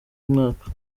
mwaka